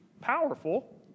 powerful